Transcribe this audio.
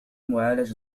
معالجة